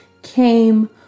came